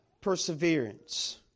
perseverance